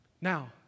Now